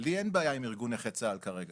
לי אין בעיה עם ארגון נכי צה"ל כרגע,